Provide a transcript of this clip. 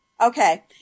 Okay